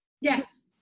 Yes